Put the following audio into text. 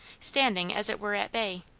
standing as it were at bay.